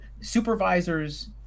supervisors